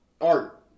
art